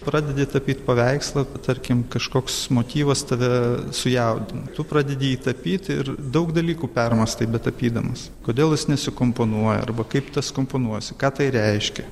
pradedi tapyt paveikslą tarkim kažkoks motyvas tave sujaudina tu pradedi jį tapyt ir daug dalykų permąstai betapydamas kodėl jis nesikomponuoja arba kaip tas komponuojasi ką tai reiškia